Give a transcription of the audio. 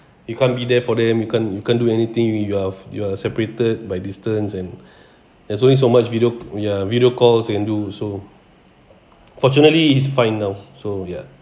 you can't be there for them you can't you can't do anything you are you are separated by distance and there's only so much video ya video calls and do also fortunately he is fine now so ya